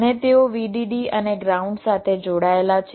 અને તેઓ VDD અને ગ્રાઉન્ડ સાથે જોડાયેલા છે